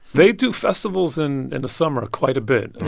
they do festivals and in the summer quite a bit.